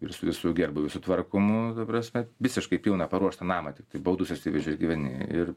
ir su visu gerbūviu sutvarkomu ta prasme visiškai pilną paruoštą namą tiktai baldus atsiveži ir gyveni ir